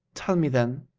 tell me, then,